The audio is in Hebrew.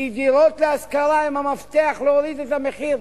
כי דירות להשכרה הן המפתח להורדת המחיר,